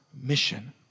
mission